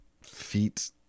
feet